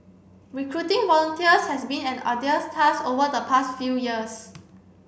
recruiting volunteers has been an arduous task over the past few years